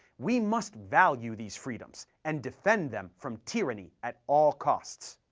we must value these freedoms, and defend them from tyranny at all costs.